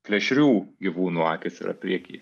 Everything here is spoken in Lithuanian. plėšrių gyvūnų akys yra priekyje